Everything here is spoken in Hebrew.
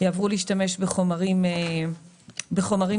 יעברו להשתמש בחומרים תקניים,